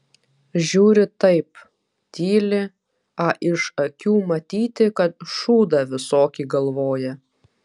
žiūri taip tyli a iš akių matyti kad šūdą visokį galvoja